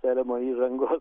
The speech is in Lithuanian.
selemono įžangos